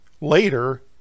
later